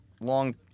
long